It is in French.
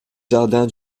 jardins